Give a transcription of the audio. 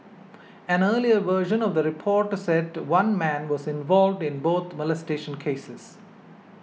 an earlier version of the report said one man was involved in both molestation cases